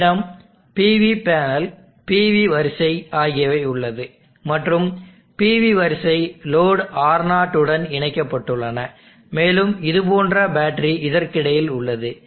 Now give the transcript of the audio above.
உங்களிடம் PV panel PV வரிசை ஆகியவை உள்ளது மற்றும் PV வரிசை லோடு R0 உடன் இணைக்கப்பட்டுள்ளன மேலும் இது போன்ற பேட்டரி இதற்கிடையில் உள்ளது